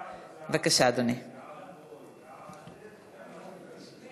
בבקשה, אדוני.